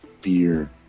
fear